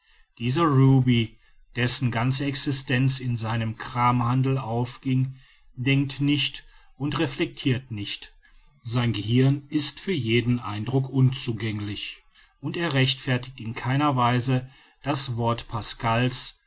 dieser ruby dessen ganze existenz in seinem kramhandel aufging denkt nicht und reflectirt nicht sein gehirn ist für jeden eindruck unzugänglich und er rechtfertigt in keiner weise das wort pascal's